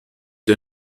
der